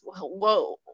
whoa